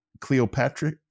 Cleopatra